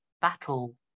battle